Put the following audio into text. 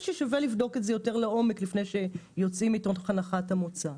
ששווה לבדוק את זה יותר לעומק לפני שיוצאים מתוך הנחת המוצא.